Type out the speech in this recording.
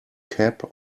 cap